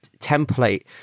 template